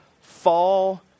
fall